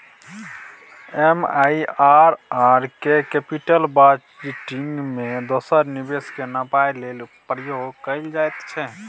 MIRR केँ capital budgeting मे दोसर निबेश केँ नापय लेल प्रयोग कएल जाइत छै